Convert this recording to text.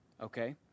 Okay